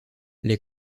les